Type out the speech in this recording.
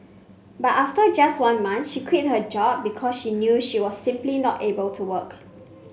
but after just one month she quit her job because she knew she was simply not able to work